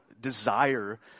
desire